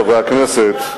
חברי הכנסת,